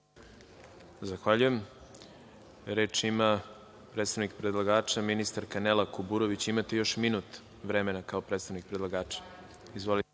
Zahvaljujem. Reč ima predstavnik predlagača ministarka Nela Kuburović. Imate još minuta vremena kao predstavnik predlagača. Izvolite.